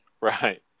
Right